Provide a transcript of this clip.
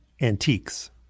antiques